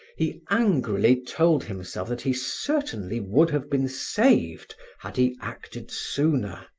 he angrily told himself that he certainly would have been saved, had he acted sooner.